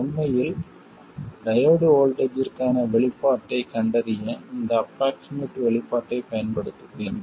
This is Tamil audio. உண்மையில் டையோடு வோல்ட்டேஜ்ஜிற்கான வெளிப்பாட்டைக் கண்டறிய இந்த ஆஃப்ரோக்ஷிமேட் வெளிப்பாட்டைப் பயன்படுத்துவேன்